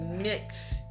mix